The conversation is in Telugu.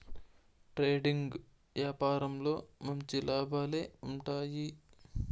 ట్రేడింగ్ యాపారంలో మంచి లాభాలే ఉంటాయి